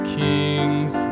kings